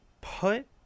Put